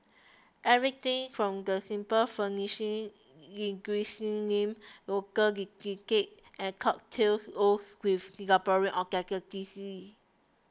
everything from the simple furnishing linguistic name local delicacies and cocktails oozes with Singaporean authenticity